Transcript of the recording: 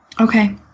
Okay